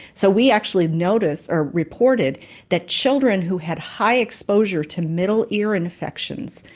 so we actually noticed or reported that children who had high exposure to middle ear infections,